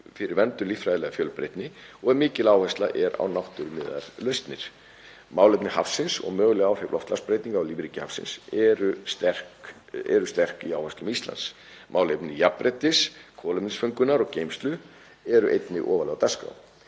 um verndun líffræðilegrar fjölbreytni og mikil áhersla er á náttúrumiðaðar lausnir. Málefni hafsins og möguleg áhrif loftslagsbreytinga á lífríki hafsins eru sterk í áherslum Íslands. Málefni jafnréttis, kolefnisföngunar og -geymslu eru einnig ofarlega á dagskrá.